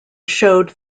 showed